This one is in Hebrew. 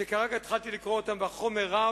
שכרגע התחלתי לקרוא אותם והחומר רב,